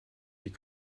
die